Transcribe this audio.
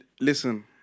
listen